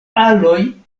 aloj